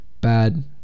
bad